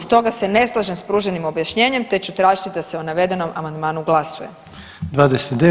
Stoga se ne slažem s pruženim objašnjenjem, te ću tražiti da se o navedenom amandmanu glasuje.